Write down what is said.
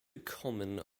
common